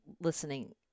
listening